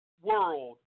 world